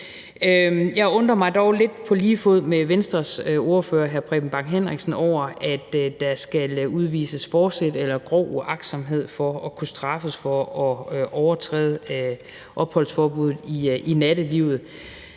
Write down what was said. Jeg undrer mig dog lidt – på lige fod med Venstres ordfører, hr. Preben Bang Henriksen – over, at der skal udvises forsæt eller grov uagtsomhed for at kunne straffes for at overtræde opholdsforbuddet i nattelivet.